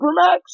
supermax